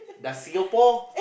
does Singapore